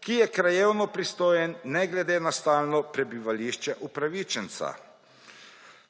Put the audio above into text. ki je krajevno pristojen, ne glede na stalno prebivališče upravičenca.